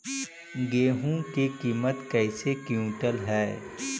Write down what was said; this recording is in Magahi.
गेहू के किमत कैसे क्विंटल है?